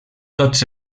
tots